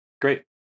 Great